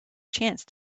chance